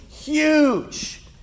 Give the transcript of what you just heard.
huge